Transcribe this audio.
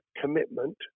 commitment